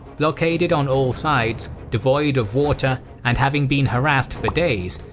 blockaded on all sides, devoid of water and having been harassed for days,